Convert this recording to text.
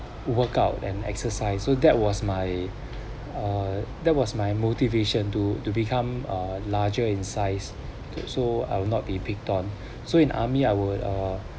workout and exercise so that was my uh that was my motivation do to become a larger in size so I will not be picked on so in army I would uh